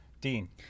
dean